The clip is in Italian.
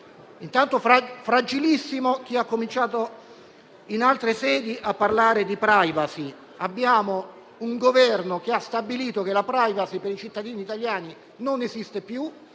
l'argomento di chi ha cominciato in altre sedi a parlare di *privacy*. Abbiamo un Governo che ha stabilito che la *privacy* per i cittadini italiani non esiste più